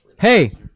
Hey